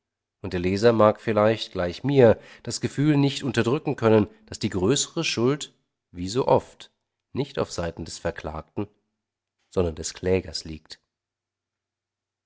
und der leser mag vielleicht gleich mir das gefühl nicht unterdrücken können daß die größere schuld wie so oft nicht aufseiten des verklagten sondern des klägers liegt